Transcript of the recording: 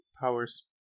Powers